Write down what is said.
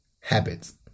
habits